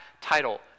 title